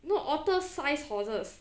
no otter sized horses